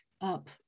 up